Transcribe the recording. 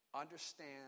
Understand